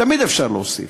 תמיד אפשר להוסיף,